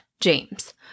James